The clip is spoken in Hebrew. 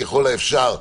ככל האפשר,